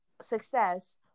success